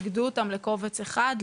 איגדו אותם לקובץ אחד,